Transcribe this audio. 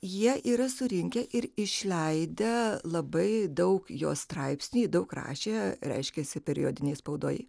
jie yra surinkę ir išleidę labai daug jos straipsnių daug rašė reiškėsi periodinėj spaudoj